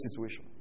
situation